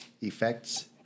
effects